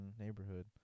neighborhood